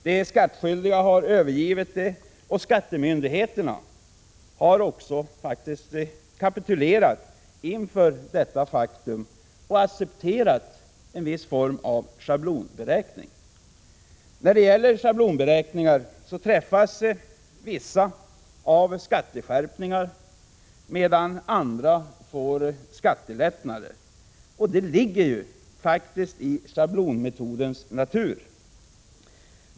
De skattskyldiga har övergivit det, och skattemyndigheterna har redan kapitulerat inför detta faktum och accepterat en viss form av schablonberäkning. När det gäller schablonberäkningar får de till följd att vissa träffas av skatteskärpningar, medan andra får skattelättnader. Det ligger faktiskt i schablonmetodens natur.